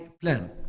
plan